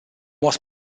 was